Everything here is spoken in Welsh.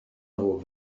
nhw